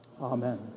Amen